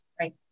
Right